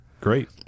great